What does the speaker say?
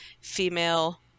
female